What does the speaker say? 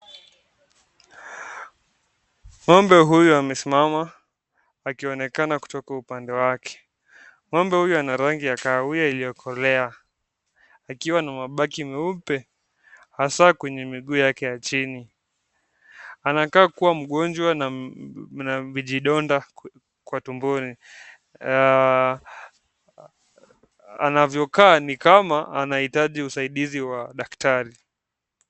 Ng'ombe huyu amesimama akionekana kutoka upande wake.Ng'ombe huyu ana rangi ya kahawia iliyokolea akiwa na mabaki meupe hasaa kwenye miguu yake ya chini. Anakaa kuwa mgonjwa na vijidonda kwa tumboni, anavyo kaa ni kama anahitaji usaidizi wa daktari.